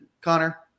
Connor